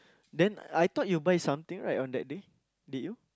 then I thought you buy something right on that day did you